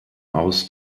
aus